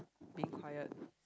being quiet